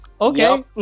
okay